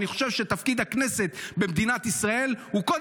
אבל אני חושב שתפקיד הכנסת במדינת ישראל הוא,